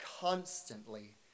constantly